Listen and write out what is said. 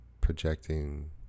projecting